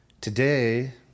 Today